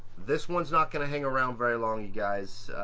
this one's not going to hang around very long, you guys.